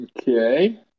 okay